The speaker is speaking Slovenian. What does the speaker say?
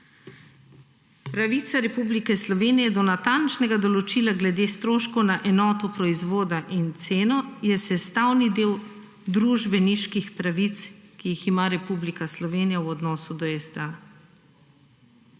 Pravica Republike Slovenije do natančnega določila glede stroškov na enoto proizvoda in ceno je sestavni del družbeniških pravic, ki jih ima Republika Slovenija v odnosu do STA.